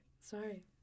Sorry